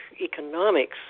economics